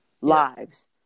lives